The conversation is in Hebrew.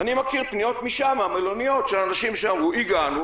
אני מכיר פניות מהמלוניות של אנשים שאמרו: הגענו,